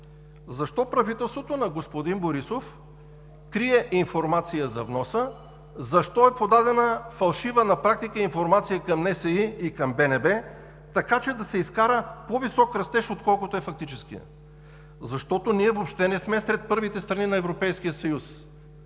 защо правителството на господин Борисов крие информация за вноса? Защо е подадена фалшива на практика информация към НСИ и към БНБ, така че да се изкара по висок растеж, отколкото е фактическият? Защото ние въобще не сме сред първите страни на Европейския съюз.